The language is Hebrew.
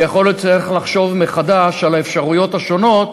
ויכול להיות שצריך לחשוב מחדש על האפשרויות השונות,